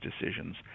decisions